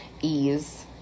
ease